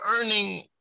earning